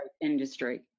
industry